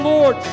Lord